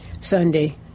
Sunday